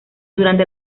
durante